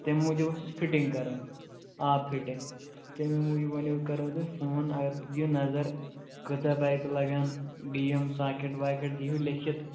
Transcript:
تَمہِ موٗجوٗب ٲسۍ اَسہِ فِٹِنٛگ کَرٕنۍ آب فِٹِنٛگ تہٕ تَمی موٗجوٗب وَنیو کَرہو تۄہہِ فون اگر دِیِو نظر کۭژاہ پایپہٕ لگَن بیٚیہِ یِم ساکٮ۪ٹ واکٮ۪ٹ دیٖہِو لیکھِتھ